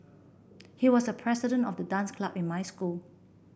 he was the president of the dance club in my school